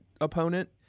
opponent